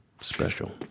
Special